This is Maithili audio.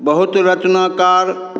बहुत रचनाकार